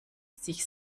sich